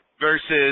versus